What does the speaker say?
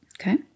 okay